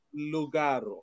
Lugaro